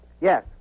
Yes